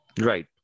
Right